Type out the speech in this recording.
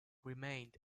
remained